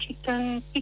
chicken